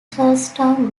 charlestown